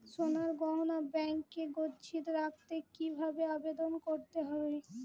সোনার গহনা ব্যাংকে গচ্ছিত রাখতে কি ভাবে আবেদন করতে হয়?